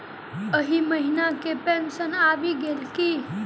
एहि महीना केँ पेंशन आबि गेल की